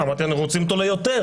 אמרתי: אנחנו רוצים אותו ליותר.